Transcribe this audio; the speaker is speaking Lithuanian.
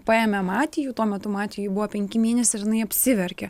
paėmė matijų tuo metu matijui buvo penki mėnesiai ir jinai apsiverkė